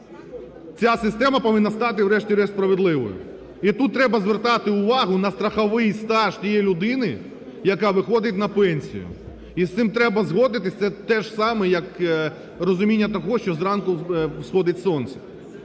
Ця система повинна стати врешті-решт справедливою. І тут треба звертати увагу на страховий стаж тієї людини, яка виходить на пенсію. І з цим треба згодитись, це теж саме, як розуміння того, що зранку сходить сонце.